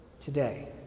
today